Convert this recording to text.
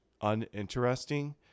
uninteresting